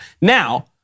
Now-